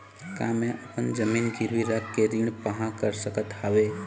का मैं अपन जमीन गिरवी रख के ऋण पाहां कर सकत हावे?